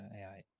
AI